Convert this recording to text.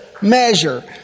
measure